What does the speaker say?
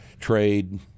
trade